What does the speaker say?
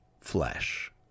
flesh